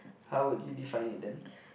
how would you define it then